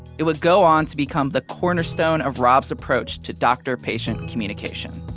it would go on to become the cornerstone of rob's approach to doctor-patient communication